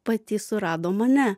pati surado mane